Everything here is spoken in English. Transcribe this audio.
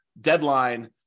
deadline